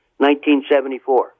1974